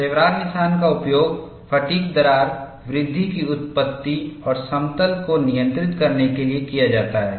chevron निशान का उपयोग फ़ैटिग् दरार वृद्धि की उत्पत्ति और समतल को नियंत्रित करने के लिए किया जाता है